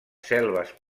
selves